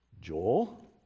Joel